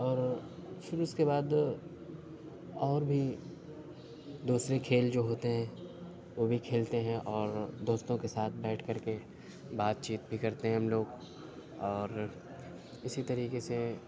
اور پھر اس کے بعد اور بھی دوسرے کھیل جو ہوتے ہیں وہ بھی کھیلتے ہیں اور دوستوں کے ساتھ بیٹھ کر کے بات چیت بھی کرتے ہیں ہم لوگ اور اسی طریقے سے